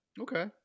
okay